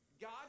God